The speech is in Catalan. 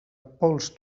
pols